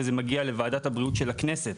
וזה מגיע לוועדת הבריאות של הכנסת.